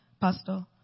Pastor